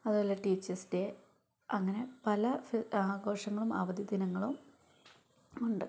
അതുപോലെ teachers day അങ്ങനെ പല ആഘോഷങ്ങളും അവധി ദിനങ്ങളും ഉണ്ട്